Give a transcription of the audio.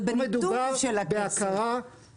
זה בניתוב של הכסף.